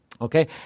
Okay